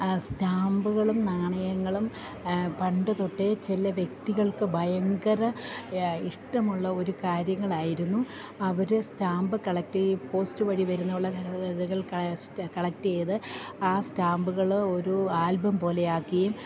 സ്റ്റാമ്പുകളും നാണയങ്ങളും പണ്ട് തൊട്ടേ ചില വ്യക്തികൾക്ക് ഭയങ്കര ഇഷ്ടമുള്ള ഒരു കാര്യങ്ങളായിരുന്നു അവർ സ്റ്റാമ്പ് കളക്ട് യ്യ് പോസ്റ്റ് വഴി വരുന്നുള്ള കളക്റ്റ് ചെയ്ത് ആ സ്റ്റാമ്പ്കൾ ഒരു ആൽബം പോലെയാക്കിയും